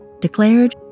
declared